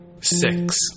six